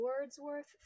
Wordsworth